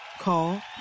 Call